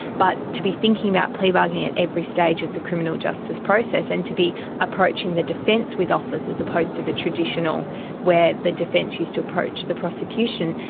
but to be thinking about plea bargaining at every stage of the criminal justice process and to be approaching the defence with offers as opposed to the traditional where the defence used to approach the prosecution,